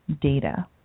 data